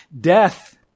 Death